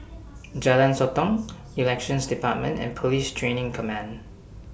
Jalan Sotong Elections department and Police Training Command